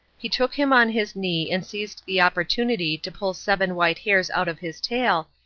he took him on his knee and seized the opportunity to pull seven white hairs out of his tail,